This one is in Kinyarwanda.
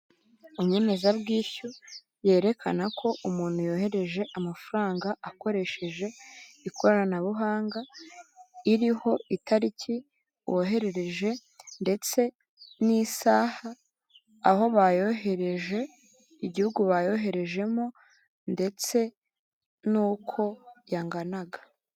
Inyemezabwishyu yerekana ko umuntu yohereje amafaranga akoresheje ikoranabuhanga; iriho itariki woherereje ndetse n'isaha, aho bayohereje, igihugu bayoherejemo, ndetse n' uko yanganaga.